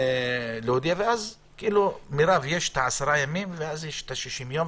ויש עשרה ימים ואז 60 ימים.